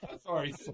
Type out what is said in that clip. Sorry